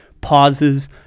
pauses